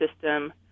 system